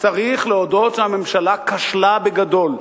שצריך להודות שהממשלה כשלה בגדול.